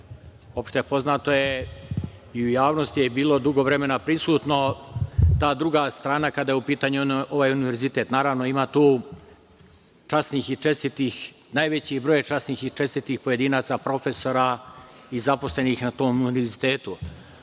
Opštepoznato je i u javnosti je bilo dugo vremena prisutno, ta druga strana kada je u pitanju ovaj univerzitet. Naravno, ima tu časnih i čestitih, najveći broj je časnih i čestitih pojedinaca, profesora i zaposlenih na tom univerzitetu. Što